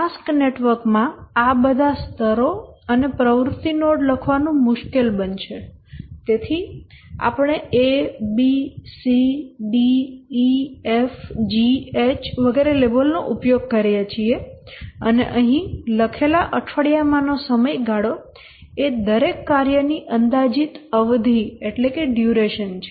task network માં આ બધા સ્તરો અને પ્રવૃત્તિ નોડ લખવાનું મુશ્કેલ બનશે અને તેથી આપણે A B C D E F G H લેબલનો ઉપયોગ કરીએ છીએ અને અહીં લખેલા અઠવાડિયામાંનો સમયગાળો એ દરેક કાર્યની અંદાજિત અવધિ છે